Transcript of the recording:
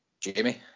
Jamie